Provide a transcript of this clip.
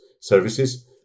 services